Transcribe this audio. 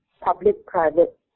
Public-Private